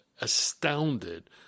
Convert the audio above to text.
astounded